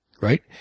right